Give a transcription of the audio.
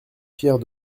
pierre